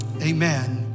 amen